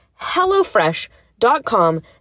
hellofresh.com